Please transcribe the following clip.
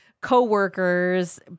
coworkers